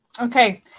Okay